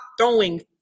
throwing